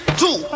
two